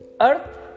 Earth